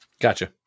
gotcha